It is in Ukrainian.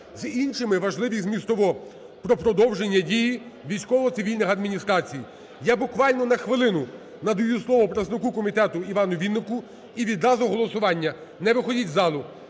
з іншої – важливі змістовно про продовження дії військово-цивільних адміністрацій. Я буквально на хвилину надаю слово представнику комітету Івану Віннику і відразу – голосування. Не виходіть із залу.